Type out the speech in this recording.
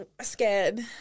scared